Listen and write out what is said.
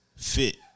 fit